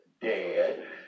Dead